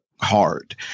hard